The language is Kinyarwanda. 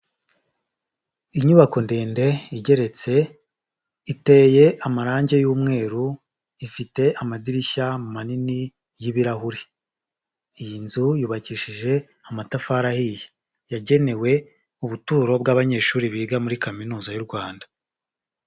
Inyubako ndende igeretse iteye amarangi y'umweru, ifite amadirishya manini y'ibirahuri. Iyi nzu yubakishije amatafari ahiye. Yagenewe ubuturo bw'abanyeshuri biga muri Kaminuza y'u Rwanda.